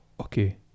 Okay